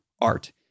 art